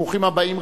ברוכים הבאים,